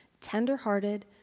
tender-hearted